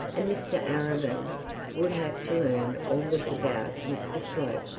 and mr arabin would have to learn all this about mr slope!